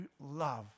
love